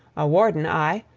a warden i,